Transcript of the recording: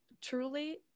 truly